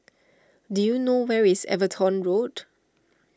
do you know where is Everton Road